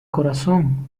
corazón